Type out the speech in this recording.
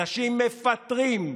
אנשים מפטרים.